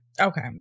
okay